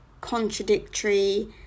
contradictory